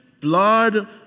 blood